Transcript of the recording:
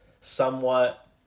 somewhat